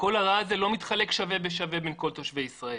כל הרע הזה לא מתחלק שווה בשווה בין כל תושבי ישראל.